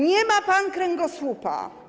Nie ma pan kręgosłupa.